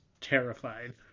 terrified